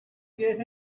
get